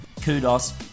kudos